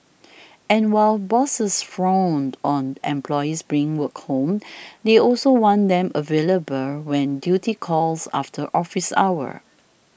and while bosses frown on employees bringing work home they also want them available when duty calls after office hours